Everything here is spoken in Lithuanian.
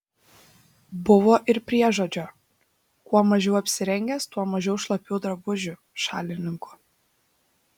buvo ir priežodžio kuo mažiau apsirengęs tuo mažiau šlapių drabužių šalininkų